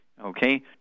Okay